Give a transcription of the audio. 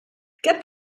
get